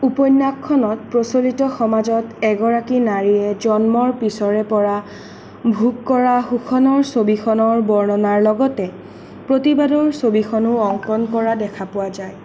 উপন্যাসখনত প্ৰচলিত সমাজত এগৰাকী নাৰীয়ে জন্মৰ পিছৰে পৰা ভোগ কৰা শোষণৰ ছবিখনৰ বৰ্ণনাৰ লগতে প্ৰতিবাদৰ ছবিখনো অংকন কৰা দেখা পোৱা যায়